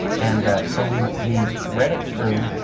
and so we. we read it through,